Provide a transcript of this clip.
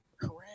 Correct